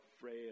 frail